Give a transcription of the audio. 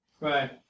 right